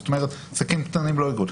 זאת אומרת, עסקים קטנים לא יגיעו.